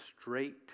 straight